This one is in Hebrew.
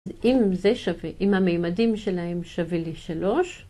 אז אם זה שווה, אם המימדים שלהם שווה לי שלוש.